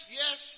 yes